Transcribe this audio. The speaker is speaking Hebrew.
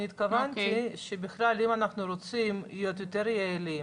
אני התכוונתי שאם אנחנו רוצים להיות יותר יעילים